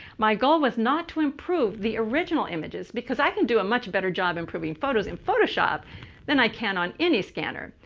my goal was not to improve the original images because i can do a much better job improving photos in photoshop than i can on any scanner.